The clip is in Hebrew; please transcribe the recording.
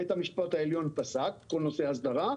בית המשפט העליון פסק את כל נושא ההסדרה,